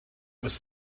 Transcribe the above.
was